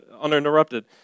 uninterrupted